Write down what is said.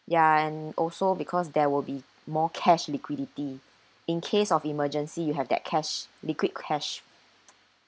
ya and also because there will be more cash liquidity in case of emergency you have that cash liquid cash